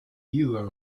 either